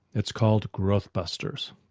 it's called growthbusters.